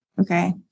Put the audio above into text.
Okay